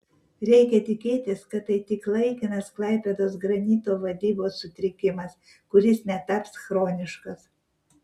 reikia tikėtis kad tai tik laikinas klaipėdos granito vadybos sutrikimas kuris netaps chroniškas